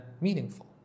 meaningful